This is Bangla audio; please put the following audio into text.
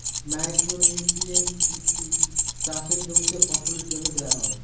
মাইক্রো নিউট্রিয়েন্টস পুষ্টি চাষের জমিতে ফসলের জন্য দেওয়া হয়